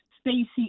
Stacey